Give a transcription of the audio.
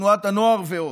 ובתנועת הנוער ועוד.